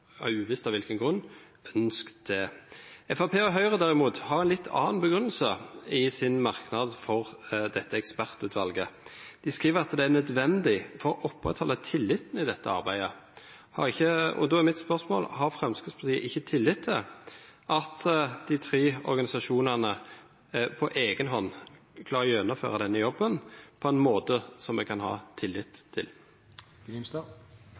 – uvisst av hvilken grunn – ønsket det. Fremskrittspartiet og Høyre, derimot, har i sin merknad en litt annen begrunnelse for dette ekspertutvalget. De skriver at det er «nødvendig for å opprettholde tilliten i dette arbeidet». Da er mitt spørsmål: Har ikke Fremskrittspartiet tillit til at de tre organisasjonene på egen hånd klarer å gjennomføre denne jobben på en måte som vi kan ha